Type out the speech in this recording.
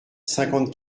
cinquante